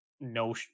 no